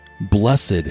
Blessed